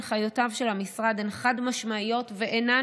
הנחיותיו של המשרד הן חד-משמעיות ואינן